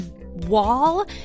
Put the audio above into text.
wall